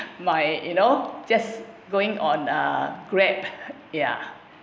my you know just going on uh grab ya